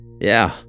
Yeah